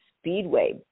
Speedway